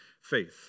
faith